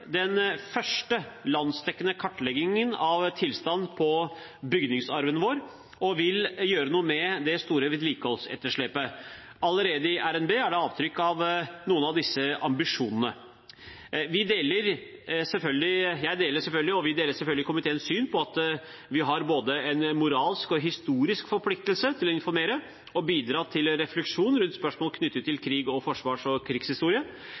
den første landsdekkende kartleggingen av tilstanden på bygningsarven vår og vil gjøre noe med det store vedlikeholdsetterslepet. Allerede i RNB er det avtrykk av noen av disse ambisjonene. Jeg deler selvfølgelig komiteens syn på at vi har både en moralsk og en historisk forpliktelse til å informere og bidra til refleksjon rundt spørsmål knyttet til krig og forsvars- og krigshistorie.